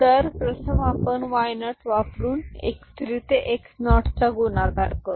तर प्रथम आपण y0 वापरून x3 x0 चा गुणाकार करू